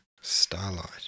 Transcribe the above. Starlight